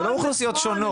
זה לא אוכלוסיות שונות.